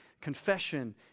Confession